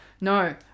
no